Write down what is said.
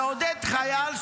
לעודד חייל,